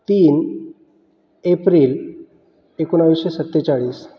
तीन एप्रिल एकोणवीसशे सत्तेचाळीस